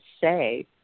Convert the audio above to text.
say